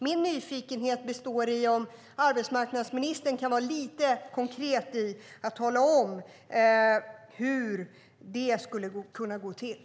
Min nyfikenhet består i om arbetsmarknadsministern kan vara lite konkret och tala om hur det skulle kunna gå till.